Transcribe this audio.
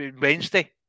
Wednesday